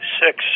six